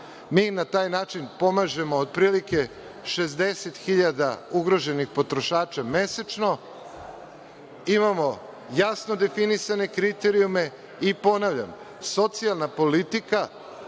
Mi na taj način pomažemo otprilike 60.000 ugroženih potrošača mesečno. Imamo jasno definisane kriterijume i ponavljam, socijalna politika